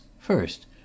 first